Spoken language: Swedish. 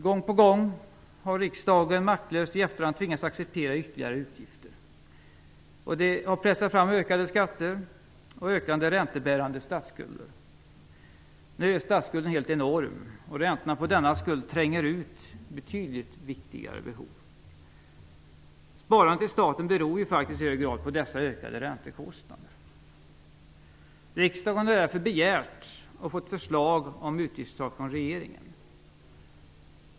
Gång på gång har riksdagen maktlöst i efterhand tvingats acceptera ytterligare utgifter. Detta har pressat fram ökade skatter och ökande räntebärande statsskulder. Nu är statsskulden helt enorm, och räntorna på denna skuld tränger ut betydligt viktigare behov. Sparandet i staten beror ju faktiskt i hög grad på dessa ökade räntekostnader. Riksdagen har därför begärt och fått förslag om utgiftstak från regeringen.